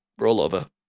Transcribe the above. rollover